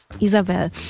Isabel